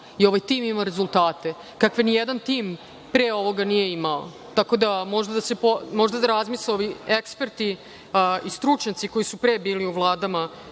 i ovaj tim ima rezultate kakve nijedan tim pre ovoga nije imao. Tako da mogu da razmisle ovi eksperti i stručnjaci koji su pre bili u vladama